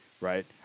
right